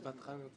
לפני